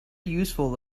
useful